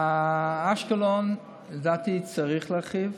באשקלון לדעתי צריך להרחיב,